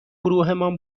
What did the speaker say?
گروهمان